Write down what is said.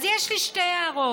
אז יש לי שתי הערות: